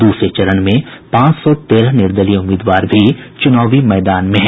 दूसरे चरण में पांच सौ तेरह निर्दलीय उम्मीदवार भी चुनाव मैदान में हैं